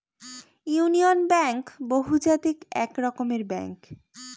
union Bank বহুজাতিক এক রকমের ব্যাঙ্ক